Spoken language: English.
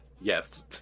Yes